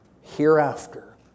Hereafter